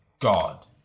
God